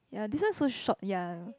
ya this one so short ya